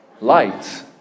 light